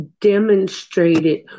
demonstrated